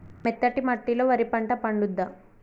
మెత్తటి మట్టిలో వరి పంట పండుద్దా?